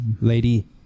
lady